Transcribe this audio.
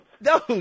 No